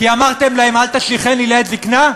כי אמרתם להם "אל תשליכני לעת זיקנה"?